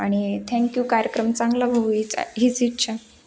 आणि थँक्यू कार्यक्रम चांगला होवो हीच हीच इच्छा